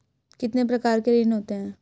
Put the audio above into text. कितने प्रकार के ऋण होते हैं?